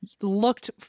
looked